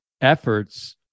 efforts